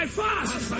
fast